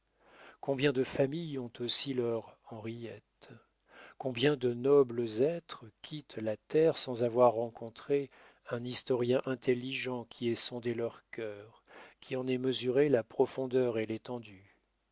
combien de familles ont aussi leur henriette combien de nobles êtres quittent la terre sans avoir rencontré un historien intelligent qui ait sondé leurs cœurs qui en ait mesuré la profondeur et l'étendue